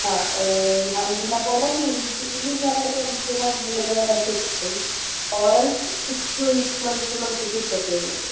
ആ നല്ല പോലെ മെയിൻടൈൻ ചെയ്യുകയാണെങ്കിൽ നമുക്ക് വൺ ഇയറ് വരെ കിട്ടും or else six to eight months നമുക്ക് കിട്ടത്തൊള്ളു